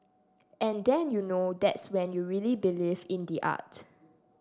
and then you know that's when you really believe in the art